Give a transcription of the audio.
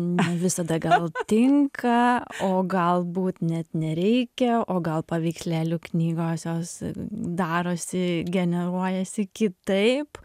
nevisada gal tinka o galbūt net nereikia o gal paveikslėlių knygos jos darosi generuojasi kitaip